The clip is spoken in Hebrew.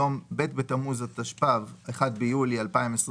יום ב' בתמוז התשפ"ב (1 ביולי 2022),